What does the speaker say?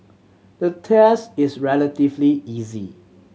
the test is relatively easy